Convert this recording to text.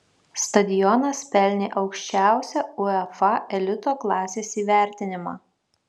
stadionas pelnė aukščiausią uefa elito klasės įvertinimą